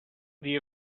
the